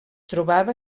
trobava